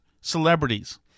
celebrities